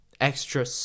extra